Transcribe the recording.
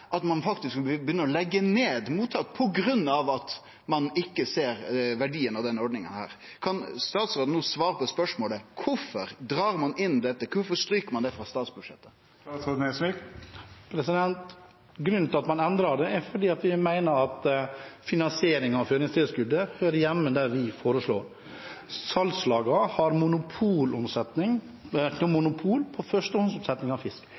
ein faktisk begynner å leggje ned mottak på grunn av at ein ikkje ser verdien av ordninga. Kan statsråden no svare på spørsmålet: Kvifor drar ein inn dette – kvifor stryk ein det frå statsbudsjettet? Grunnen til at man endrer det, er at vi mener at finansieringen av føringstilskuddet hører hjemme der vi foreslår. Salgslagene har monopolomsetning; de har monopol på førstehåndsomsetning av fisk.